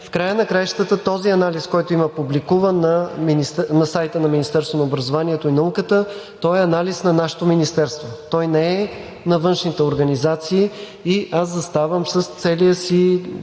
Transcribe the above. В края на краищата този анализ, който е публикуван на сайта на Министерството на образованието и науката, е анализ на нашето Министерство. Той не е на външните организации и аз заставам с целия си